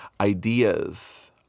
ideas